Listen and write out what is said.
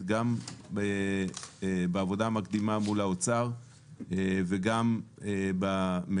גם בעבודה המקדימה מול האוצר וגם בממשלה,